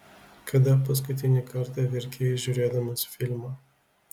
kada paskutinį kartą verkei žiūrėdamas filmą